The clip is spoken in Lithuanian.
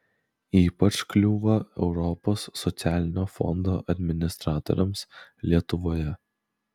ypač kliūva europos socialinio fondo administratoriams lietuvoje